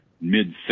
mid